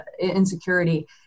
insecurity